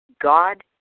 God